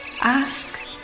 Ask